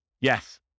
Yes